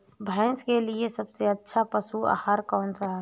भैंस के लिए सबसे अच्छा पशु आहार कौन सा है?